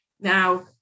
Now